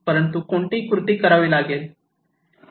परंतु कोणती कृती करावी लागेल